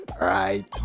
Right